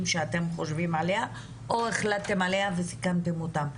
שאתם חושבים עליהם או סיכמתם והחלטתם אותם.